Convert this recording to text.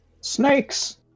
snakes